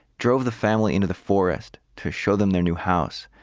drove the family into the forest to show them their new house.